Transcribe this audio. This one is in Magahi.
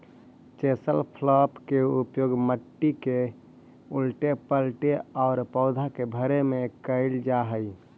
चेसल प्लॉफ् के उपयोग मट्टी के उलऽटे पलऽटे औउर पौधा के भरे में कईल जा हई